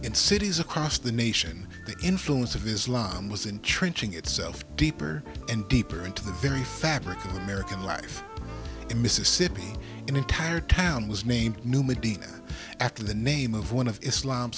in cities across the nation the influence of islam was in trenching itself deeper and deeper into the very fabric of american life in mississippi an entire town was named new medina after the name of one of islam